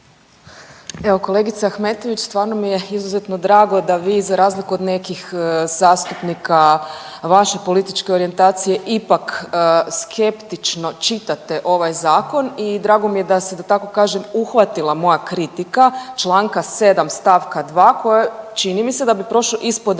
Evo kolegice Ahmetović stvarno mi je izuzetno drago da vi za razliku od nekih zastupnika vaše političke orijentacije ipak skeptično čitate ovaj zakon i drago mi je da se da tako kažem uhvatila moja kritika članka 7. stavka 2. koja čini mi se da bi prošao ispod